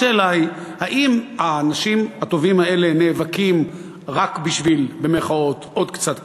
השאלה היא האם האנשים הטובים האלה נאבקים רק בשביל עוד קצת כסף,